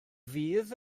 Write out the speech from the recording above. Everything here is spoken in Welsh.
fydd